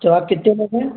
تو آپ کتنے لوگ ہیں